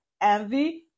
envy